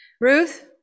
Ruth